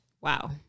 Wow